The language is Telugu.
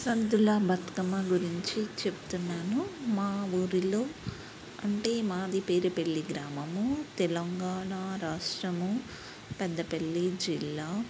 సద్దుల బతుకమ్మ గురించి చెప్తున్నాను మా ఊరిలో అంటే మాది పేరు పల్లి గ్రామము తెలంగాణ రాష్ట్రము పెద్ద పల్లి జిల్లా